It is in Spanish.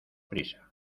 prisa